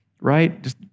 right